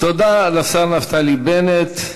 תודה לשר נפתלי בנט,